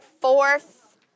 fourth